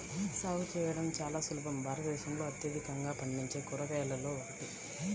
సాగు చేయడం చాలా సులభం భారతదేశంలో అత్యధికంగా పండించే కూరగాయలలో ఒకటి